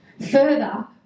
Further